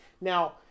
Now